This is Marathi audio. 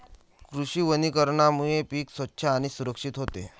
कृषी वनीकरणामुळे पीक स्वच्छ आणि सुरक्षित होते